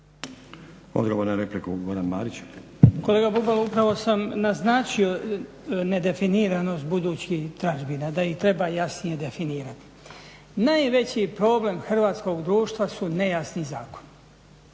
Marić. **Marić, Goran (HDZ)** Kolega Bubalo upravo sam naznačio nedefiniranost budućih tražbina da ih treba jasnije definirati. Najveći problem hrvatskog društva su nejasni zakoni,